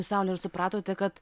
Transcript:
saule ar supratote kad